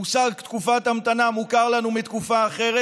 המושג "תקופת המתנה" מוכר לנו מתקופה אחרת,